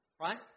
Right